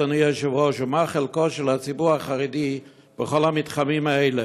אדוני היושב-ראש: מה חלקו של הציבור החרדי בכל המתחמים האלה?